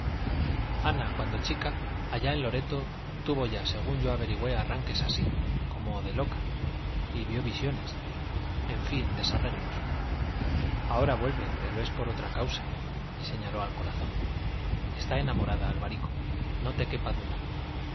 ana cuando chica allá en loreto tuvo ya según yo averigüé arranques así como de loca y vio visiones en fin desarreglos ahora vuelve pero es por otra causa y señaló al corazón está enamorada alvarico no te quepa duda